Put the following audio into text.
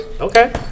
Okay